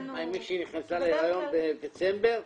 אם מישהי נכנסה להריון בדצמבר,